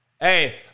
Hey